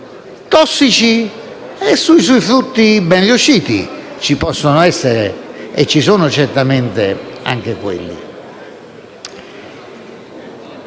tossici e sui suoi frutti ben riusciti (ci possono essere e ci sono certamente anche quelli).